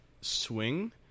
swing